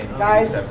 guys.